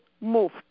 moved